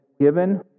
given